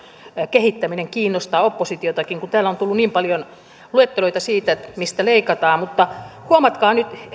kehittäminen kiinnostaa oppositiotakin kun täällä on tullut niin paljon luetteloita siitä mistä leikataan mutta huomatkaa nyt